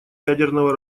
ядерного